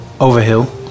Overhill